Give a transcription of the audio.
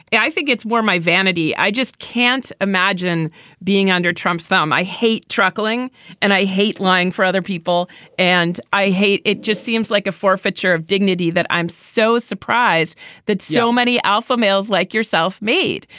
and i think it's more my vanity i just can't imagine being under trump's thumb. i hate chuckling and i hate lying for other people and i hate it just seems like a forfeiture of dignity that i'm so surprised that so many alpha males like yourself made.